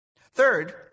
Third